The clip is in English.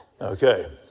Okay